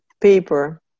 paper